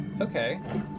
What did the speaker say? Okay